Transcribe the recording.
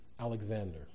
Alexander